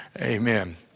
Amen